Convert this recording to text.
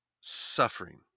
suffering